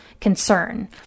concern